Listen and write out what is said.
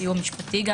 סיוע משפטי.